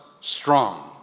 strong